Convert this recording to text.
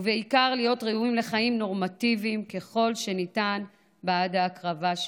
ובעיקר להיות ראויים לחיים נורמטיביים ככל שניתן בעד ההקרבה שלהם.